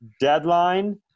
deadline